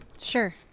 Sure